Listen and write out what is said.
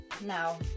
now